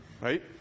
right